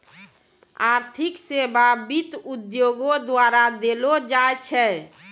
आर्थिक सेबा वित्त उद्योगो द्वारा देलो जाय छै